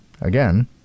Again